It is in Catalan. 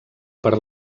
per